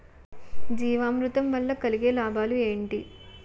జీవామృతం వల్ల కలిగే లాభాలు ఏంటి?